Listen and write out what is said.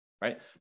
Right